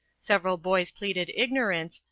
several boys pleaded ignorance,